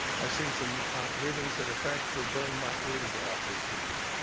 i've seen some readings that have practically burned my ears off this week.